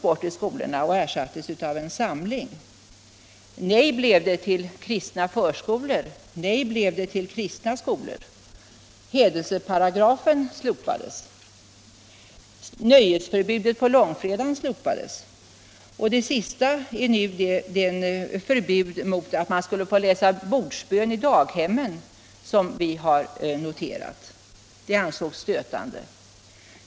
Det senaste jag kunnat notera är förbudet mot att läsa bordsbön på daghemmen -— det ansågs stötande.